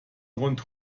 rund